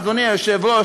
אדוני היושב-ראש,